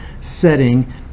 setting